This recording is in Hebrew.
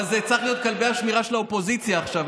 אבל זה צריך להיות "כלבי השמירה של האופוזיציה" עכשיו,